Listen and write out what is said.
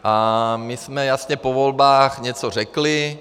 A my jsme jasně po volbách něco řekli.